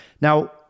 Now